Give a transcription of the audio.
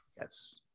yes